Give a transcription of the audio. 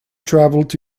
travelled